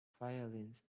violins